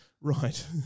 Right